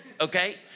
okay